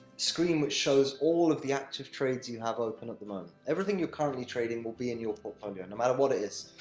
screen, which shows all of the active trades you have open at the moment. everything you're currently trading, will be in your portfolio no matter what it is.